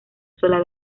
sola